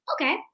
Okay